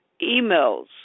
emails